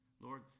Lord